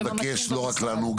אני אבקש לא רק לנו,